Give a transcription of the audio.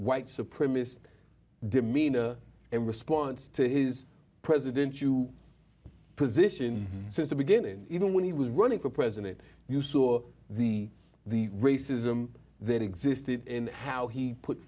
white supremacist demeanor in response to his president you position since the beginning even when he was running for president you saw the the racism that existed in how he put